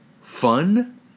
fun